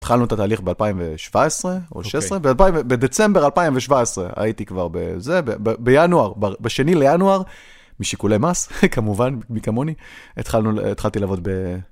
התחלנו את התהליך ב-2017, או 2016, בדצמבר 2017, הייתי כבר בזה, בינואר, בשני לינואר, משיקולי מס, כמובן, מי כמוני, התחלתי לעבוד ב...